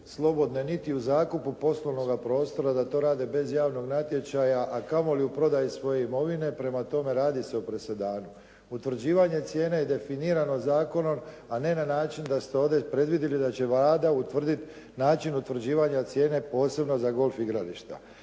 slobodne niti u zakupu poslovnoga prostora da to rade bez javnog natječaja a kamoli u prodaji svoje imovine. Prema tome radi se o presedanu. Utvrđivanje cijene je definirano zakonom a ne na način da ste ovdje predvidjeli da će Vlada utvrditi način utvrđivanja cijene posebno za golf igrališta.